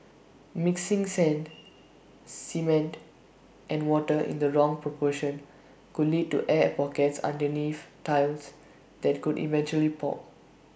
mixing sand cement and water in the wrong proportion could lead to air pockets underneath tiles that could eventually pop